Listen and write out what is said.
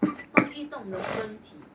动一动 the 身体